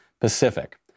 Pacific